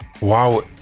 wow